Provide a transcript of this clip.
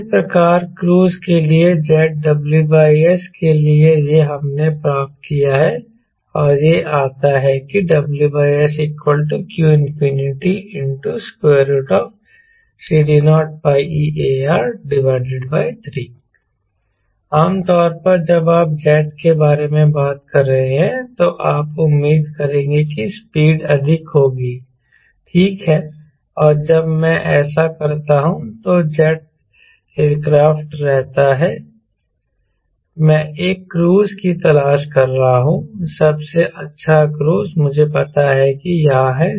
इसी प्रकार क्रूज के लिए जेट WS के लिए यह हमने प्राप्त किया है और यह आता है कि WS qCD0πARe3 आमतौर पर जब आप जेट के बारे में बात कर रहे हैं तो आप उम्मीद करेंगे कि स्पीड अधिक होगी ठीक है और जब मैं ऐसा करता हूं तो जेट एयरक्राफ्ट रहता है मैं एक क्रूज की तलाश कर रहा हूं सबसे अच्छा क्रूज मुझे पता है कि यहां है